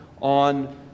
on